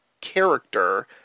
character